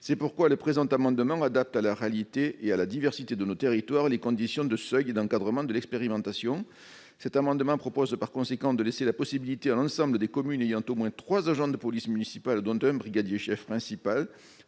existants. Le présent amendement vise à adapter à la réalité et à la diversité de nos territoires les conditions de seuil et d'encadrement de l'expérimentation. Ainsi, il tend à laisser la possibilité à l'ensemble des communes ayant au moins trois agents de police municipale, dont un brigadier-chef principal,